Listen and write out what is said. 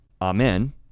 amen